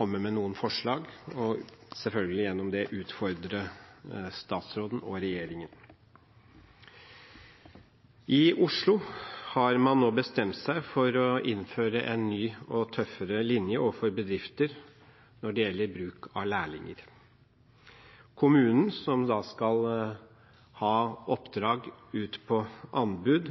med noen forslag og gjennom det selvfølgelig utfordre statsråden og regjeringen. I Oslo har man nå bestemt seg for å innføre en ny og tøffere linje overfor bedrifter når det gjelder bruk av lærlinger. Kommunen, som da skal legge oppdrag ut på anbud,